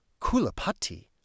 Kulapati